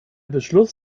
beschluss